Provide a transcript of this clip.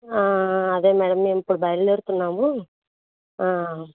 అదే మేడం మేమిప్పుడు బయల్దేరుతున్నాము